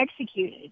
executed